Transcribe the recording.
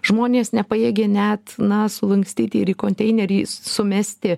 žmonės nepajėgia net na sulankstyti ir į konteinerį sumesti